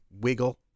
wiggle